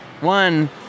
one